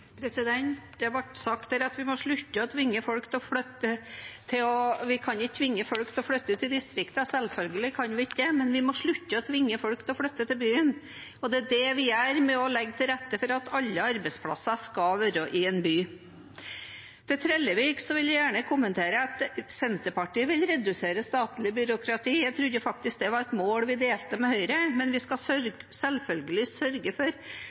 sagt her at vi kan ikke tvinge folk til å flytte til distriktene. Selvfølgelig kan vi ikke det, men vi må slutte å tvinge folk til å flytte til byen, og det er det vi gjør ved å legge til rette for at alle arbeidsplasser skal være i en by. Til Trellevik vil jeg gjerne kommentere at Senterpartiet vil redusere statlig byråkrati. Jeg trodde faktisk det var et mål vi delte med Høyre. Men vi skal selvfølgelig sørge for